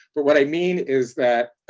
but what i mean is that